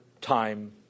time